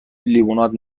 لیموناد